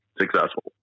successful